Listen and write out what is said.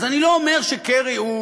אז אני לא אומר שקרי הוא